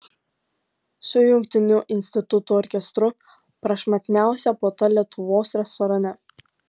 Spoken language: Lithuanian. su jungtiniu institutų orkestru prašmatniausia puota lietuvos restorane